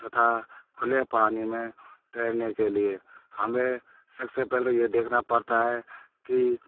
तथा खुले पानी में तैरने के लिए हमें सबसे पहले ये देखना पड़ता है कि